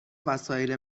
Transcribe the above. وسایل